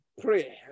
pray